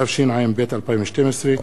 התשע"ב 2012,